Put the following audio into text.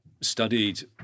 studied